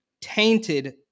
tainted